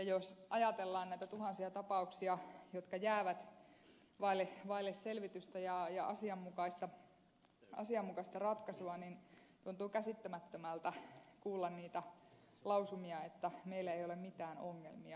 jos ajatellaan näitä tuhansia tapauksia jotka jäävät vaille selvitystä ja asianmukaista ratkaisua tuntuu käsittämättömältä kuulla niitä lausumia että meillä ei ole mitään ongelmia